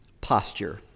posture